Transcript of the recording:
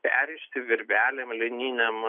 perrišti virvelėm lininėm